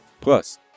plus